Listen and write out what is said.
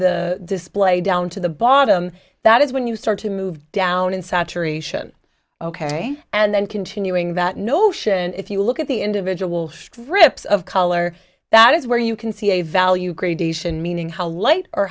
the display down to the bottom that is when you start to move down in saturation ok and then continuing that notion if you look at the individual strips of color that is where you can see a value creation meaning how light or